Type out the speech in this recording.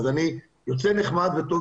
אז אני יוצא נחמד וטוב,